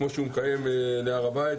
כמו שהוא מקיים להר הבית.